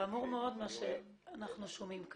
חמור מאוד מה שאנחנו שומעים כאן.